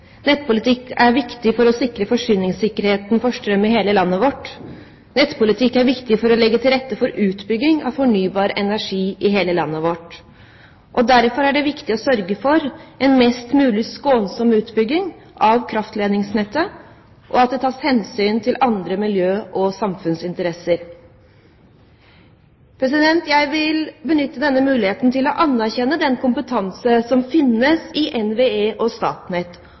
Nettpolitikk er viktig. Nettpolitikk er viktig for å sikre forsyningssikkerheten for strøm i hele landet vårt. Nettpolitikk er viktig for å legge til rette for utbygging av fornybar energi i hele landet vårt. Derfor er det viktig å sørge for en mest mulig skånsom utbygging av kraftledningsnettet og at det tas hensyn til andre miljø- og samfunnsinteresser. Jeg vil benytte denne muligheten til å anerkjenne den kompetansen som finnes i NVE, Statnett og